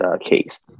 case